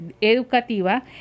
educativa